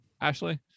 Ashley